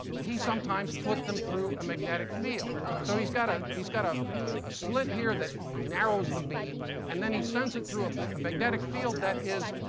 he sometimes put them through a magnetic field. so he's got ah he's got ah a slit here that narrows the beam, and then he sends it through ah a magnetic field that is